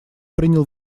принял